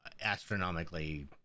Astronomically